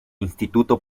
instituto